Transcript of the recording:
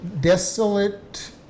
desolate